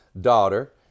daughter